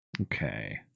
Okay